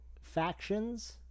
factions